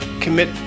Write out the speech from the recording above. commit